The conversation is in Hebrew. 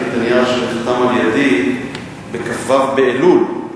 יש לי הנייר שנחתם על-ידי בכ"ו באלול,